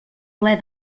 ple